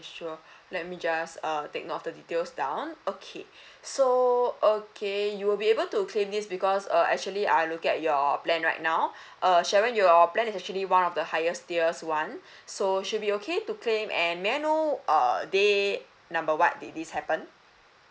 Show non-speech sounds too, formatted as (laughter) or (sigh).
sure let me just uh take note of the details down okay (breath) so okay you will be able to claim this because uh actually I am looking at your plan right now (breath) err sharon your plan is actually one of the highest tiers one (breath) so should be okay to claim and may I know uh day number what did this happen